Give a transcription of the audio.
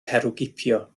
herwgipio